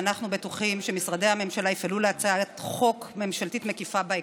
ואנחנו בטוחים שמשרדי הממשלה יפעלו להצעת חוק ממשלתית מקיפה בהקדם.